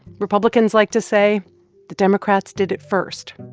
republicans like to say the democrats did it first.